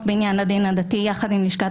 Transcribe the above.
הכשרות עומק בעניין הדין הדתי ביחד עם לשכת